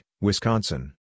Wisconsin